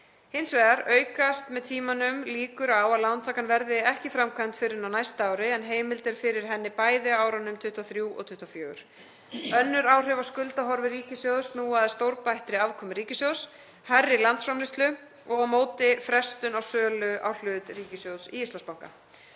Hins vegar aukast með tímanum líkur á að lántakan verði ekki framkvæmd fyrr en á næsta ári en heimild er fyrir henni bæði á árunum 2023 og 2024. Önnur áhrif á skuldahorfur ríkissjóðs snúa að stórbættri afkomu ríkissjóðs, hærri landsframleiðslu og á móti frestun á sölu á hlut ríkissjóðs í Íslandsbanka.